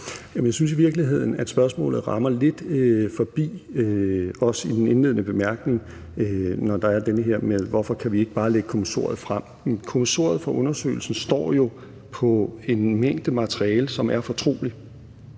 Jeg synes i virkeligheden, at spørgsmålet rammer lidt forbi, også i den indledende bemærkning, når man spørger, hvorfor vi ikke bare kan lægge kommissoriet frem. Kommissoriet for undersøgelsen står jo på en mængde materiale, som er fortroligt,